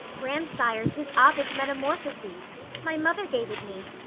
grandsire, tis ovid's metamorphoses my mother gave it me.